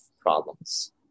problems